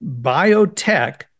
Biotech